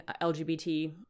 LGBT